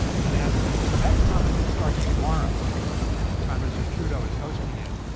and as the quebec summit starts tomorrow prime minister trudeau is hosting it